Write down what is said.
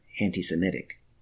anti-Semitic